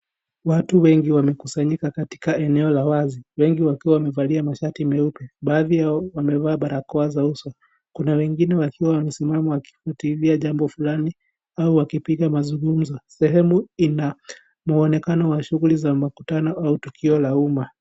Watu wengi wamekusanyika katika eneo la wazi, wwngi wakiwa wamevalia mashati meupe, baadhi yao wamevaa barakoa za uso, kuna wengine wakiwa wamesimama wakiketi hivi jambo fulani au wakipiga mazungumzo, sehemu ina mwonekano wa shuguli za makutano au tukio la umma.